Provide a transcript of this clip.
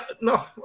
no